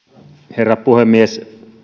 herra puhemies